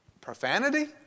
profanity